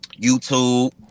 YouTube